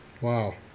wow